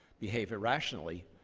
behavior irrationally,